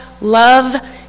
love